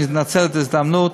אני אנצל את ההזדמנות.